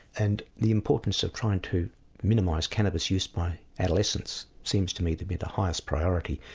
and the importance of trying to minimise cannabis use by adolescents seems to me to be the highest priority.